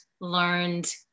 learned